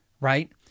right